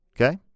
Okay